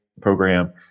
program